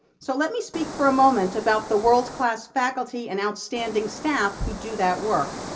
so, let me speak for a moment about the world-class faculty and outstanding staff who do that work.